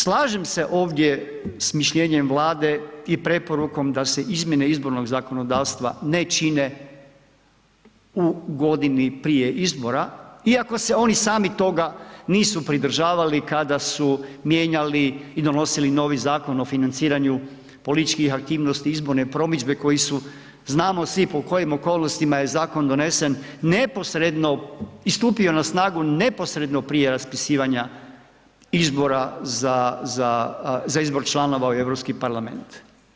Slažem se ovdje s mišljenjem Vlade i preporukom da se izmjene izbornog zakonodavstva ne čine u godini prije izbora, iako se oni sami toga nisu pridržavali kada su mijenjali i donosili novi Zakon o financiranju političkih aktivnosti i izborne promidžbe koji su znamo svi pod kojim okolnostima je zakon donesen i stupio na snagu neposredno prije raspisivanja izbora za izbor članova u Europski parlament.